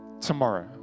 tomorrow